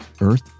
Earth